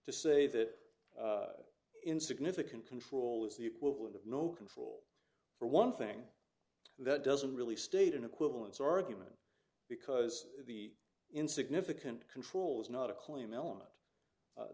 to say that in significant control is the equivalent of no control for one thing that doesn't really state an equivalence argument because the insignificant control is not a claim element